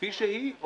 כפי שהיא,